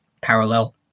parallel